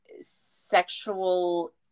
sexual